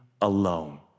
alone